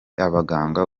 abaganga